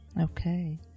Okay